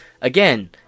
Again